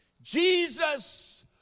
Jesus